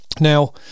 Now